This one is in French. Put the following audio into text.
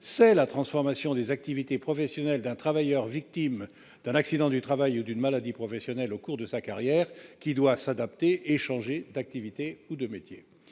C'est la transformation des activités professionnelles d'un travailleur victime d'un accident du travail ou d'une maladie professionnelle au cours de sa carrière qui doit s'adapter et changer d'activité ou de métier.